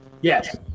Yes